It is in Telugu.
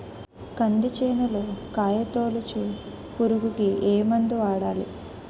కంది చేనులో కాయతోలుచు పురుగుకి ఏ మందు వాడాలి?